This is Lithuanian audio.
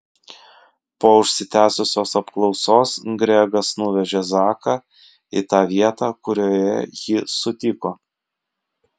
po užsitęsusios apklausos gregas nuvežė zaką į tą vietą kurioje jį sutiko